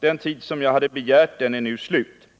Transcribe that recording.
Den taletid jag begärt är nu snart slut.